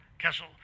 Kessel